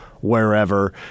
wherever